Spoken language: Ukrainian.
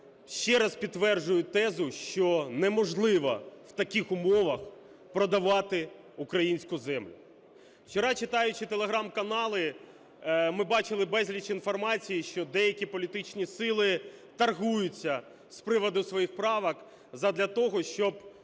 ще раз підтверджують тезу, що неможливо в таких умовах продавати українську землю. Вчора, читаючи Tелеграм-канали, ми бачили безліч інформації, що деякі політичні сили торгуються з приводу своїх правок задля того, щоб